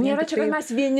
nėra čia kad mes vieni